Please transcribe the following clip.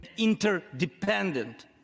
interdependent